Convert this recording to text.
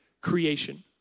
creation